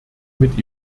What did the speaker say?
mit